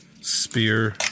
spear